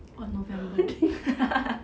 or november